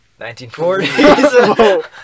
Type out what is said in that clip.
1940s